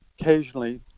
occasionally